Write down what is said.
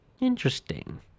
Interesting